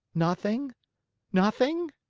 nothing nothing?